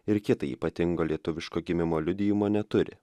ir kita ypatingo lietuviško gimimo liudijimo neturi